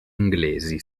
inglesi